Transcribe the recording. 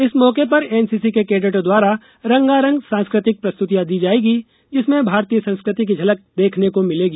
इस मौके पर एनसीसी के कैडेट द्वारा रंगारंग सांस्कृतिक प्रस्तुतियां दी जाएगी जिसमें भारतीय संस्कृति की झलक देखने को मिलेगी